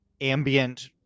ambient